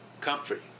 Comfort